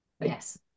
Yes